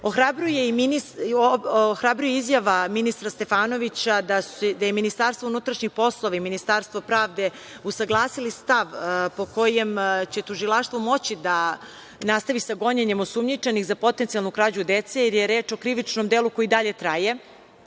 pravde. Ohrabruje izjava ministra Stefanovića da su MUP i Ministarstvo pravde usaglasili stav po kojem će tužilaštvo moći da nastavi sa gonjenjem osumnjičenih za potencijalnu krađu dece, jer je reč o krivičnom delu koje još uvek traje